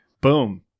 boom